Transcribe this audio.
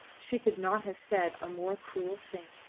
she could not have said a more cruel thing.